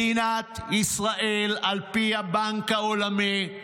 מדינת ישראל, על פי הבנק העולמי,